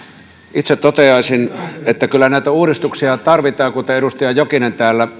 itse toteaisin että kyllä näitä uudistuksia tarvitaan kuten edustaja jokinen täällä